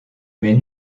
mais